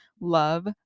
love